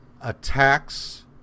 attacks